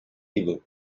evil